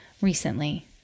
recently